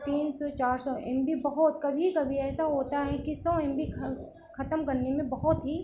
तीन सौ चार सौ एम बी बहुत कभी कभी ऐसा होता है कि सौ एम बी खत्म करने में बहुत ही